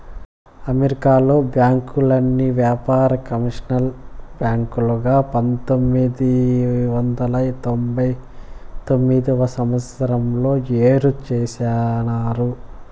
అమెరికాలో బ్యాంకుల్ని వ్యాపార, కమర్షియల్ బ్యాంకులుగా పంతొమ్మిది వందల తొంభై తొమ్మిదవ సంవచ్చరంలో ఏరు చేసినారు